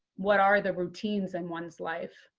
what are the routines in one's life.